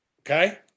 okay